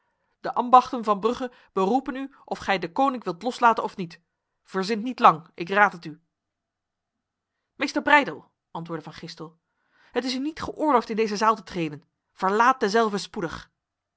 de ambachten van brugge beroepen u of gij deconinck wilt loslaten of niet verzint niet lang ik raad het u meester breydel antwoordde van gistel het is u niet geoorloofd in deze zaal te treden verlaat dezelve spoedig